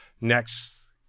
next